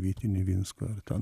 vytį nivinską